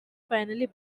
finally